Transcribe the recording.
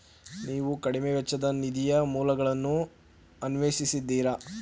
ನೀವು ಕಡಿಮೆ ವೆಚ್ಚದ ನಿಧಿಯ ಮೂಲಗಳನ್ನು ಅನ್ವೇಷಿಸಿದ್ದೀರಾ?